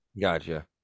gotcha